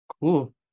Cool